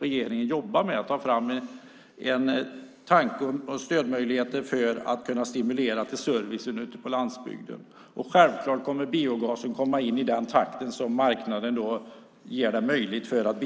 Regeringen jobbar med att ta fram stöd för att kunna stimulera servicen ute på landsbygden. Biogasen kommer självfallet att komma in i den takt som marknaden gör det möjligt. Det